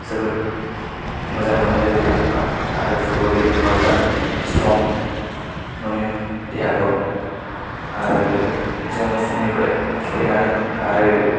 जोबोद मोजां मोनो बे खारखांबा आरो फुटबल गेलेखांबा स्थ्रं मोनो देहाखौ आरो जोङो फुंनिफ्राय फैनानै आरो